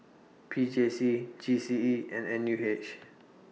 P J C G C E and N U H